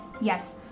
Yes